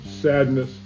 sadness